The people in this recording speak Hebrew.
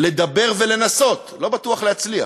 לדבר ולנסות, לא בטוח להצליח,